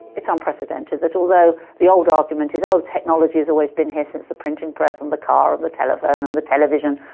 it's unprecedented, that although the old argument is, oh technology's always been here since the printing press, and the car and the telephone and the television,